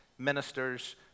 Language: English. ministers